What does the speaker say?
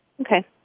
okay